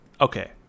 Okay